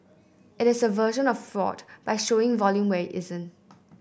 it is a version of fraud by showing volume where it isn't